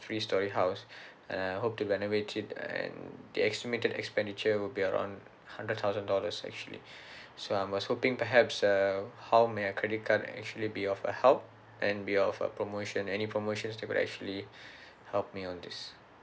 three storey house and I hope to renovate it and the estimated expenditure will be around hundred thousand dollars actually so I was hoping perhaps uh how may a credit card actually be of a help and be of a promotion any promotions that will actually help me on this